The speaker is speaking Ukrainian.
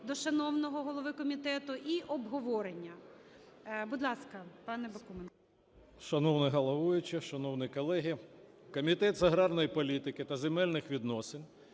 до шановного голови комітету і обговорення. Будь ласка, пане Бакуменко. 17:49:48 БАКУМЕНКО О.Б. Шановна головуюча, шановні колеги, Комітет з аграрної політики та земельних відносин